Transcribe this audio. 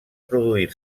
produir